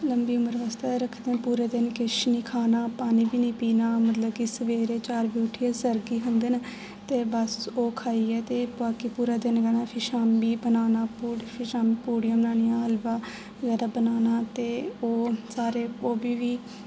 लम्बी उमर बास्तै रखदे न पूरे दिन किश निं खाना पानी बी निं पीना मतलब की सबैह्रे चार बजे उठियै सरगी खंदे न ते बस ओह् खाइयै ते बाकी पूरा दिन ते फिर शामीं बनाना ते फिर शामीं पूड़ियां बनानियां हलवा बगैरा बनाना ते ओह् सारे ओह्बी बी